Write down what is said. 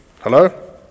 Hello